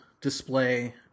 display